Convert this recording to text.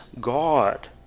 God